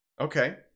Okay